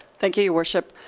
thank you, your worship.